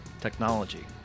technology